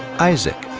isaac.